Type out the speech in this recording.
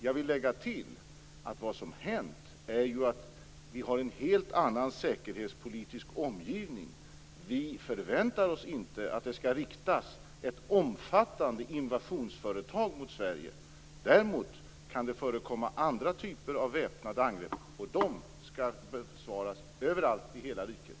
Jag vill tillägga att vad som hänt är att vi har en helt annan säkerhetspolitisk omgivning. Vi förväntar oss inte att det skall riktas något omfattande invasionsföretag mot Sverige. Däremot kan det förekomma andra typer av väpnade angrepp, och dessa skall förvaras överallt i hela riket.